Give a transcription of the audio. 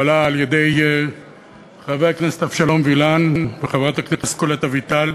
הוא הועלה על-ידי חבר הכנסת אבשלום וילן וחברת הכנסת קולט אביטל,